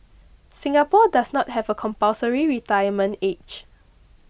Singapore does not have a compulsory retirement age